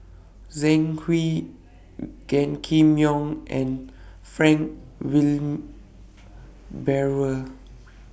Zhang Hui Gan Kim Yong and Frank Wilmin Brewer